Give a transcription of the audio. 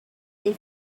they